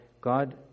God